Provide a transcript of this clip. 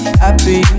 happy